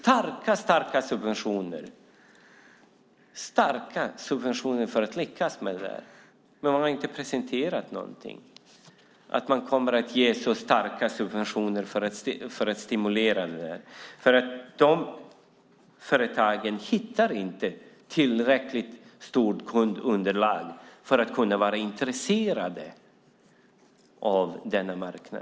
Man måste ge starka subventioner för att lyckas med det, men man har inte presenterat någonting om att man kommer att ge starka subventioner för att stimulera det här. Företagen hittar inte tillräckligt stort kundunderlag för att vara intresserade av denna marknad.